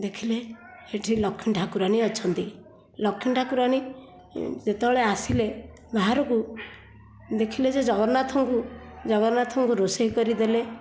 ଦେଖିଲେ ଏଠି ଲକ୍ଷ୍ମୀ ଠାକୁରାଣୀ ଅଛନ୍ତି ଲକ୍ଷ୍ମୀ ଠାକୁରାଣୀ ଯେତେବେଳେ ଆସିଲେ ବାହାରକୁ ଦେଖିଲେ ଯେ ଜଗନ୍ନାଥଙ୍କୁ ଜଗନ୍ନାଥଙ୍କୁ ରୋଷେଇ କରିଦେଲେ